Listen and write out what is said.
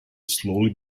slowly